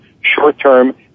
short-term